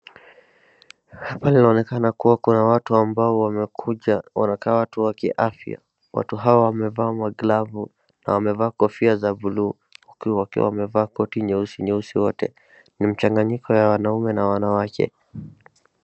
Hapa inaonekana kuwa kuna watu ambao wamekuja, wanaka watu wakiafya. Watu hawa wamevaa maglavu na wamevaa kofia za blue huku wakiwa wamevaa koti nyeusi nyeusi wote. Ni mchanganyiko wa wanaume na wanawake.